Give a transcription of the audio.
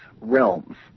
realms